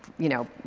you know,